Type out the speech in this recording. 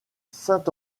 saint